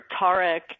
Tarek